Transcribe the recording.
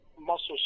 muscles